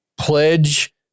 pledge